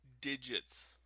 digits